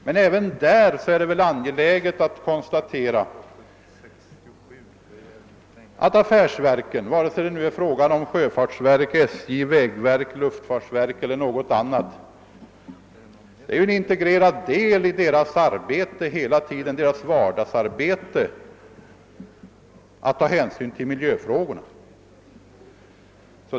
Men även i det sammanhanget är det väl angeläget att konstatera, att affärsverken — vare sig det är fråga om sjöfartsverket, SJ, vägverket, luftfartsverket eller något annat — har som en integrerad del av sitt vardagsarbete att hela tiden ta hänsyn till miljöfrågorna.